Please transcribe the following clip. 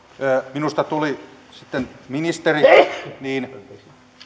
minusta tuli sitten ministeri niin